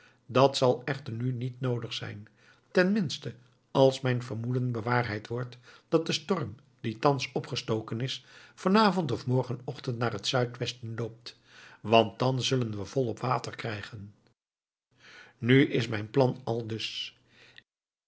dat zal echter nu niet noodig zijn tenminste als mijn vermoeden bewaarheid wordt dat de storm die thans opgestoken is vanavond of morgenochtend naar het zuid-westen loopt want dan zullen we volop water krijgen nu is mijn plan aldus